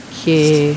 okay